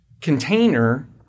container